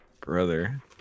brother